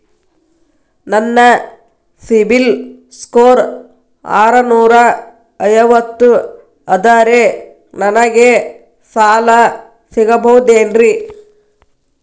ನನ್ನ CIBIL score ಆರನೂರ ಐವತ್ತು ಅದರೇ ನನಗೆ ಸಾಲ ಸಿಗಬಹುದೇನ್ರಿ?